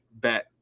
bet